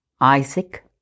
Isaac